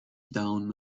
down